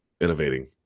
innovating